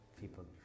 people